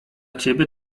ciebie